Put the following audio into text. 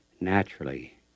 Naturally